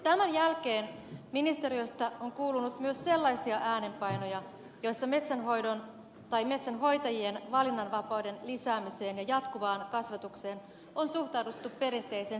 tämän jälkeen ministeriöstä on kuulunut myös sellaisia äänenpainoja joissa metsähoidon tai metsänhoitajien valinnanvapauden lisäämiseen ja jatkuvaan kasvatukseen on suhtauduttu perinteisen skeptisesti